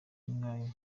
nyayo